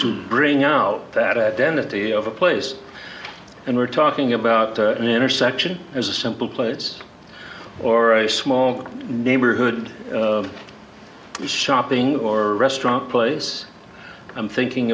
to bring out that identity of a place and we're talking about an intersection as a simple place or a small neighborhood shopping or restaurant place i'm thinking